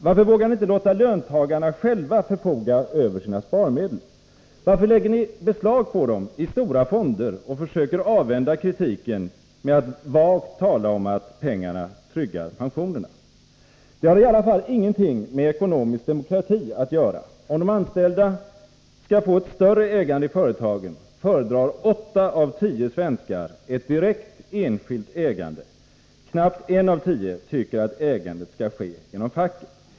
Varför vågar ni inte låta löntagarna själva förfoga över sina sparmedel? Varför lägger ni beslag på dem i stora fonder och försöker avvärja kritiken genom att vagt tala om att pengarna tryggar pensionerna? Det har i alla fall ingenting med ekonomisk demokrati att göra. Om de anställda skall få ett större ägande i företagen, föredrar åtta av tio svenskar ett direkt enskilt ägande. Knappt en av tio tycker att ägandet skall gå via facket.